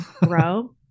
bro